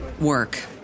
work